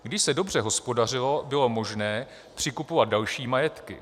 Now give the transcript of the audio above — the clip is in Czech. Když se dobře hospodařilo, bylo možné přikupovat další majetky.